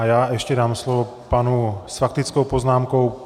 Já ještě dám slovo s faktickou poznámkou.